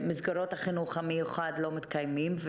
כשמסגרות החינוך המיוחד לא מתקיימות.